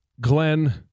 Glenn